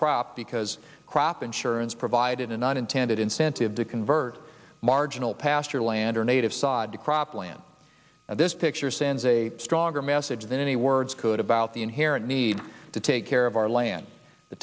crop because crop insurance provided an unintended incentive to convert marginal pasture land or native sod to crop land of this picture sends a stronger message than any words could about the inherent need to take care of our land the